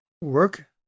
work